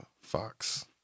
Fox